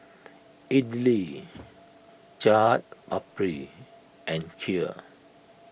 Idili Chaat Papri and Kheer